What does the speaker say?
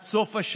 עד סוף השנה.